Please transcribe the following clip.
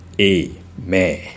amen